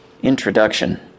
Introduction